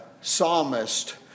psalmist